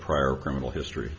prior criminal history